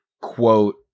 quote